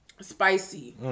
spicy